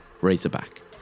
Razorback